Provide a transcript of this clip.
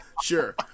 Sure